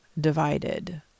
divided